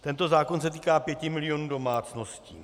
Tento zákon se týká pěti milionů domácností.